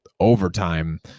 overtime